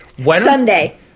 Sunday